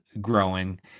growing